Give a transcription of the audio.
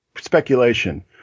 speculation